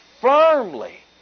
firmly